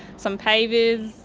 some pavers,